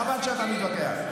חבל שאתה מתווכח.